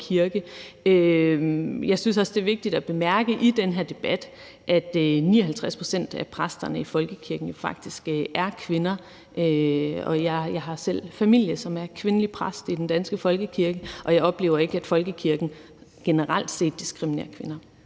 Jeg synes også, at det er vigtigt at bemærke i den her debat, at 59 pct. af præsterne i folkekirken jo faktisk er kvinder, og jeg har selv en i min familie, som er kvindelig præst i den danske folkekirke, og jeg oplever ikke, at folkekirken generelt set diskriminerer kvinder.